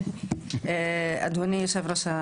אדוני יושב-הראש,